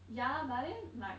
ya lah but then like